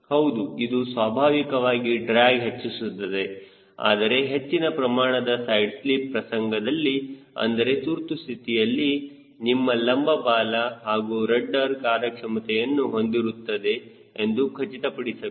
ಹೌದು ಇದು ಸ್ವಾಭಾವಿಕವಾಗಿ ಡ್ರ್ಯಾಗ್ ಹೆಚ್ಚಿಸುತ್ತದೆ ಆದರೆ ಹೆಚ್ಚಿನ ಪ್ರಮಾಣದ ಸೈಡ್ ಸ್ಲಿಪ್ ಪ್ರಸಂಗದಲ್ಲಿ ಅಂದರೆ ತುರ್ತು ಸ್ಥಿತಿಯಲ್ಲಿ ನಿಮ್ಮ ಲಂಬ ಬಾಲ ಹಾಗೂ ರಡ್ಡರ್ ಕಾರ್ಯಕ್ಷಮತೆಯನ್ನು ಹೊಂದಿರುತ್ತದೆ ಎಂದು ಖಚಿತಪಡಿಸಬೇಕು